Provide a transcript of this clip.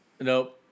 Nope